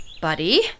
Buddy